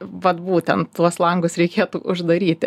vat būtent tuos langus reikėtų uždaryti